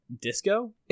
disco